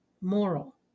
moral